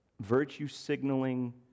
virtue-signaling